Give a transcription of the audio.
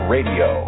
Radio